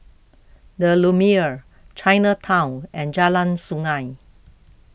the Lumiere Chinatown and Jalan Sungei